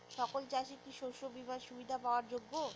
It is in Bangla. সকল চাষি কি শস্য বিমার সুবিধা পাওয়ার যোগ্য?